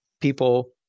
people